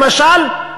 למשל,